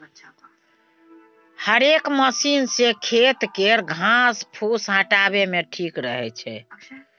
हेरेक मशीन सँ खेत केर घास फुस हटाबे मे ठीक रहै छै